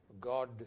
God